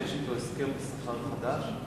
כלשהו שיש אתו הסכם שכר חדש?